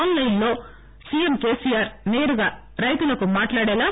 ఆస్లైస్ లో సీఎం కేసీఆర్ నేరుగా రైతులతో మాట్లాడేలా